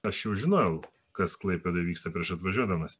aš jau žinojau kas klaipėdoj vyksta prieš atvažiuodamas